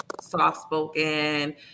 soft-spoken